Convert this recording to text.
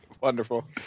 Wonderful